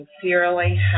sincerely